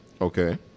Okay